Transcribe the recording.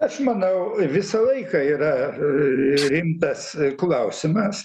aš manau visą laiką yra rimtas klausimas